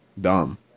dumb